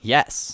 Yes